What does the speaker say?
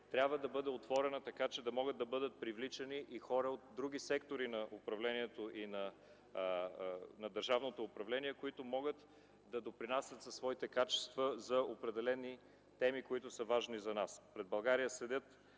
така да бъде отворена, че да могат да бъдат привличани и хора от други сектори на държавното управление, които могат да допринасят със своите качества за определени теми, които са важни за нас. Пред България в